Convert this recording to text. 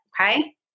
okay